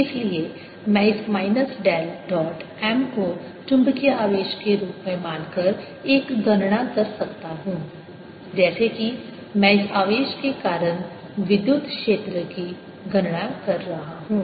इसलिए मैं इस माइनस डेल डॉट M को चुंबकीय आवेश के रूप में मानकर एक गणना कर सकता हूं जैसे कि मैं इस आवेश के कारण विद्युत क्षेत्र की गणना कर रहा हूं